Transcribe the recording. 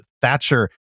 Thatcher